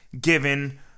given